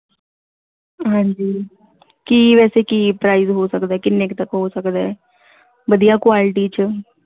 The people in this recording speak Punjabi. ਹਾਂਜੀ ਕੀ ਵੈਸੇ ਕੀ ਪ੍ਰਾਈਜ਼ ਹੋ ਸਕਦਾ ਕਿੰਨੇ ਕੁ ਤੱਕ ਹੋ ਸਕਦੇ ਵਧੀਆ ਕੁਆਲਿਟੀ 'ਚ